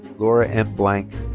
laura m. blank.